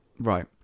right